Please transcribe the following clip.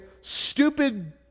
stupid